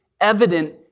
evident